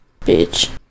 Bitch